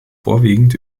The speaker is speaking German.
vorwiegend